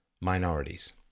minorities